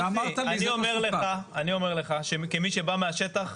מוסי, אני אומר לך שכמי שבא מהשטח,